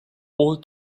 all